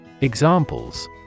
Examples